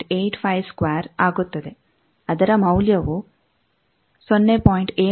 85|2 ಆಗುತ್ತದೆ ಅದರ ಮೌಲ್ಯವು 0